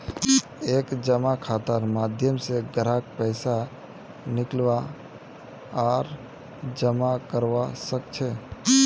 एक जमा खातार माध्यम स ग्राहक पैसा निकलवा आर जमा करवा सख छ